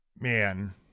Man